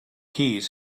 keys